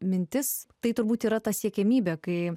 mintis tai turbūt yra ta siekiamybė kai